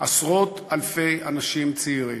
עשרות אלפי אנשים צעירים,